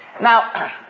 Now